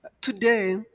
Today